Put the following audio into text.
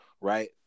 right